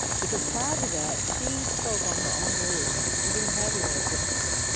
because prior to that, she spoke on her um volution. she didn't have any assistants.